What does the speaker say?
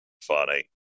funny